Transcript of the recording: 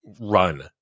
run